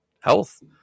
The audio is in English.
health